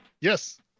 Yes